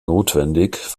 notwendig